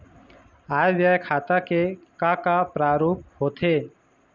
आय व्यय खाता के का का प्रारूप होथे?